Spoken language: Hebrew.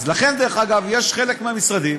לכן, דרך אגב, יש חלק מהמשרדים